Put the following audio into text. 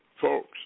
folks